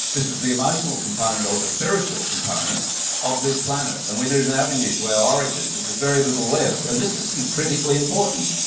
this is the emotional component or the spiritual component of this planet, and we need an avenue to our origins, and there's very little left. and this is critically important.